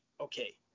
okay